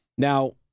Now